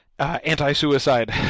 Anti-suicide